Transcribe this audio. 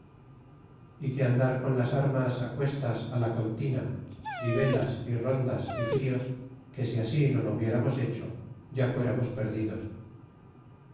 é que andar con las armas á cuestas la contina y velas rondas y fríos que si así no lo hubiéramos hecho ya fuéramos perdidos